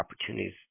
opportunities